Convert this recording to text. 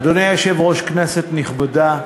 אדוני היושב-ראש, כנסת נכבדה,